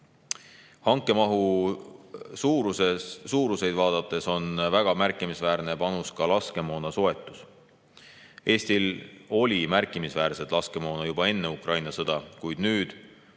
Hanke mahu suuruseid vaadates on väga märkimisväärne panus laskemoona soetus. Eestil oli märkimisväärselt laskemoona juba enne Ukraina sõda, kuid nüüd